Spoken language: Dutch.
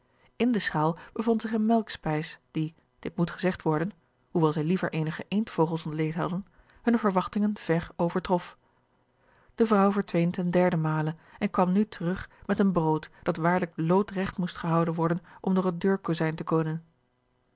in de schaal bevond zich eene melkspijs die dit moet gezegt worden hoewel zij liever eenige eendvogels ontleed hadden hunne verwachtingen george een ongeluksvogel ver overtrof de vrouw verdween ten derden male en kwam nu terug met een brood dat waarlijk loodregt moest gehouden worden om door het deurkozijn te kunnen